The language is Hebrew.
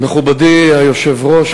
מכובדי היושב-ראש,